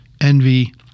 envy